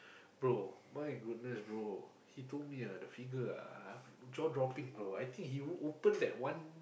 bro my goodness bro he told me ah the figure ah jaw dropping bro I think you open that one